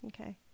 Okay